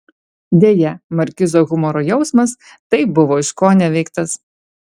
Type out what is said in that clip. deja markizo humoro jausmas taip buvo iškoneveiktas